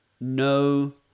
no